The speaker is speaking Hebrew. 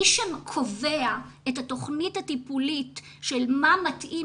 מי שקובע את התוכנית הטיפולית של מה מתאים